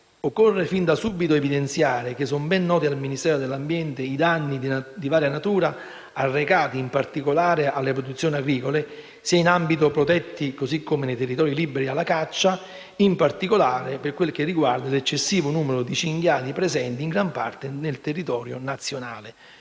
Occorre fin da subito evidenziare che sono ben noti al Ministero dell'ambiente i danni, di varia natura, arrecati in particolare alle produzioni agricole, sia in ambiti protetti così come nei territori liberi alla caccia, in particolare per quel che riguarda l'eccessivo numero di cinghiali presenti in gran parte del territorio nazionale